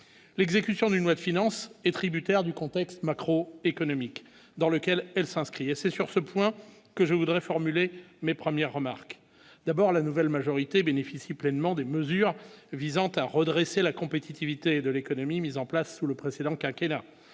l'exécution d'une loi de finances est tributaire du contexte macro-économique dans lequel elle s'inscrit, c'est sur ce point que je voudrais formuler mais premières remarques d'abord à la nouvelle majorité bénéficie pleinement des mesures visant à redresser la compétitivité de l'économie mises en place sous le précédent quinquennat